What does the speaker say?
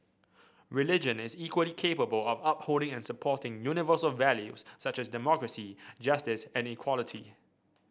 religion is equally capable of upholding and supporting universal values such as democracy justice and equality